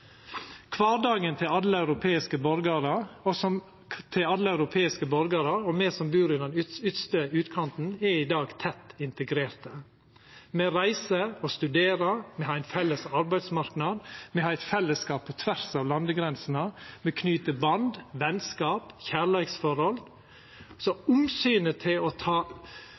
Kvardagen til alle europeiske borgarar, òg me som bur i den ytste utkanten, er i dag tett integrert. Me reiser og studerer. Me har ein felles arbeidsmarknad. Me har eit fellesskap på tvers av landegrensene. Me knyter band, venskaps- og kjærleiksforhold. Omsynet til å ta